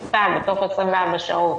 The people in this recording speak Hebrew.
בכתב, בתוך 24 שעות